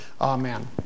Amen